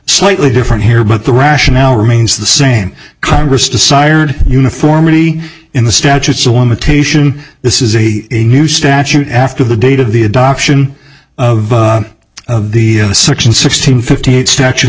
slightly different here but the rationale remains the same congress to sired uniformity in the statutes of limitation this is a new statute after the date of the adoption of the section sixteen fifty eight statue